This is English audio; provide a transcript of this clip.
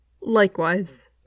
Likewise